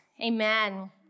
Amen